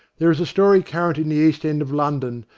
there is a story current in the east end of london,